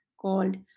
called